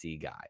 guy